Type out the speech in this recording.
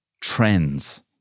trends